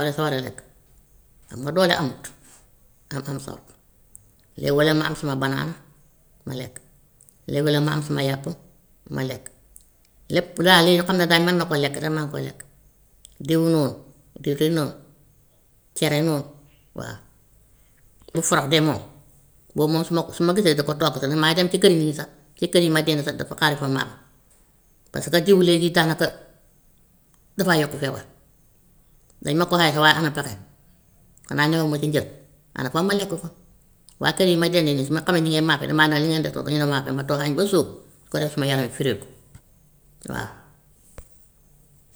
Xale su waree lekk xam nga doole amut, am am soow, léegi walla ma am suma banaana ma lekk, léeg-léeg ma am suma yàpp ma lekk, lépp laa lu yu xam ne daañ mën na ko lekk rek maa ngi koy lekk, diw noo, diwtiir noo, cere noo waa. Yu forox de moom boobu moom su ma su ma gisee ka ko togg sax damay dem ci këri nit ñi sax ci kër yi ma dend sax dafa xaari kon naa ko, parce que diwu léegi yi daanaka daf may yokk feebar, dañ ma ko aaye sax waaye awma pexe, xanaa newuma si njël wante kon ma lekk ko, waaye kër yi ma dend nii su ma xamee ñu ngee maafe damaa ne lu ngeen de togg ñu ne maafe ma toog añ ba suur su ko defee sama yaram bi fireeku waa.